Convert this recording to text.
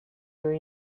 your